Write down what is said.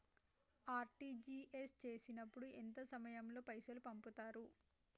RTGS చేసినప్పుడు ఎంత సమయం లో పైసలు పంపుతరు?